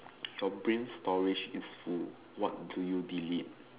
your brain storage is full what do you delete